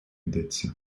йдеться